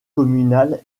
communal